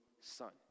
son